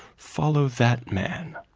follow that man.